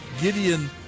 Gideon